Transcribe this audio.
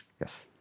Yes